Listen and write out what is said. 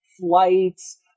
flights